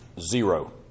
Zero